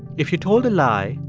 if you told a lie,